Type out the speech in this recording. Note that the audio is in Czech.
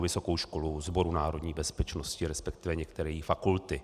Vysokou školu Sboru národní bezpečnosti, resp. některé její fakulty.